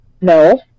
No